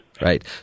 Right